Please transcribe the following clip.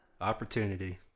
Opportunity